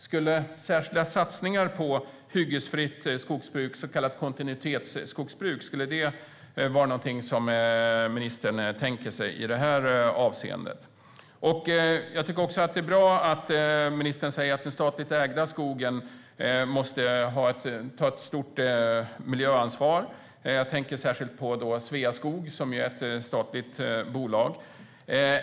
Skulle särskilda satsningar på ett hyggesfritt skogsbruk, så kallat kontinuitetsskogbruk, vara någonting som ministern kan tänka sig? Det är bra att ministern säger att den statligt ägda skogen måste ta ett stort miljöansvar. Jag tänker då särskilt på Sveaskog som är ett statligt bolag.